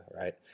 right